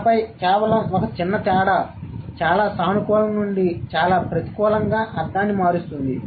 ఆపై కేవలం ఒక చిన్న తేడా చాలా సానుకూల నుండి చాలా ప్రతికూలంగా అర్థాన్ని మారుస్తుంది